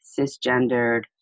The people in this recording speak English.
cisgendered